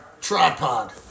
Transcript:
Tripod